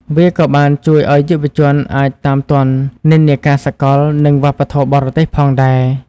វាក៏បានជួយឱ្យយុវជនអាចតាមទាន់និន្នាការសកលនិងវប្បធម៌បរទេសផងដែរ។